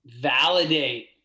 validate